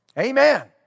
Amen